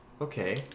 Okay